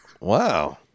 Wow